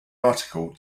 article